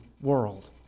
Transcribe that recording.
world